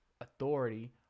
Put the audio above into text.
authority